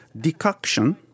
decoction